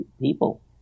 people